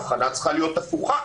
האבחנה צריכה להיות הפוכה,